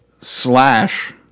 slash